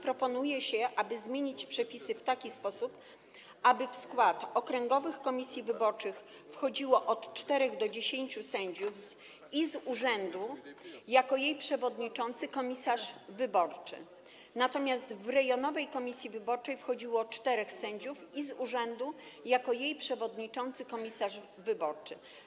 Proponuje się zmianę przepisów w taki sposób, aby w skład okręgowych komisji wyborczych wchodziło od czterech do 10 sędziów i z urzędu, jako jej przewodniczący, komisarz wyborczy, natomiast w rejonowej komisji wyborczej - czterech sędziów i z urzędu, jako jej przewodniczący, komisarz wyborczy.